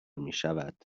میشود